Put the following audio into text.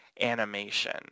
animation